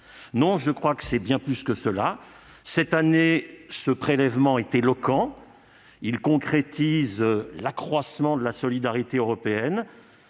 Or je crois que c'est bien plus que cela. Cette année, ce prélèvement est éloquent. Il concrétise l'accroissement de la solidarité européenne